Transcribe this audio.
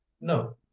No